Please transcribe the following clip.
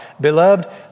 Beloved